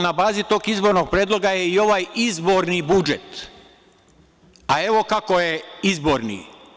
Na bazi tog izbornog predloga je i ovaj izborni budžet, a evo kako je izborni.